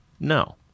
No